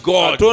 God